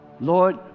Lord